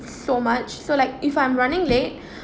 so much so like if I'm running late